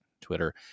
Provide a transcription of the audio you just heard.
Twitter